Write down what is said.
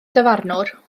dyfarnwr